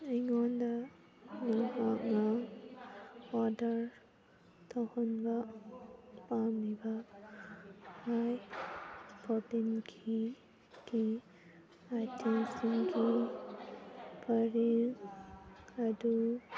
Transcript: ꯑꯩꯉꯣꯟꯗ ꯅꯍꯥꯛꯅ ꯑꯣꯔꯗꯔ ꯇꯧꯍꯟꯕ ꯄꯥꯝꯃꯤꯕ ꯍꯥꯏ ꯄ꯭ꯔꯣꯇꯤꯟꯒꯤ ꯀꯤ ꯑꯥꯏꯇꯦꯝꯁꯤꯡꯗꯨ ꯄꯔꯤꯞ ꯑꯗꯨ